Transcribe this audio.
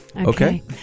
Okay